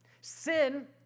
Sin